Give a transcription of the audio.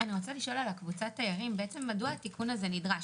אני רוצה לשאול על קבוצת התיירים: מדוע התיקון הזה נדרש?